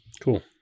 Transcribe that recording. Cool